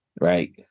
right